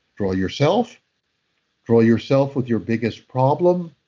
draw yourself draw yourself with your biggest problem.